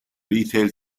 retail